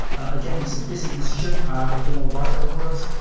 again, it's a business decision. i don't know why there was.